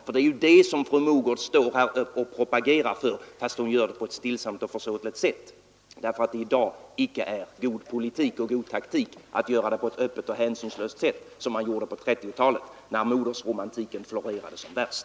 Det är nämligen detta som fru Mogård står här och propagerar för, fastän hon gör det på ett stillsamt och försåtligt sätt, eftersom det i dag inte är god politik och god taktik att göra det på ett öppet och hänsynslöst sätt som man gjorde på 1930-talet när modersromantiken florerade som värst.